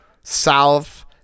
South